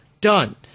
done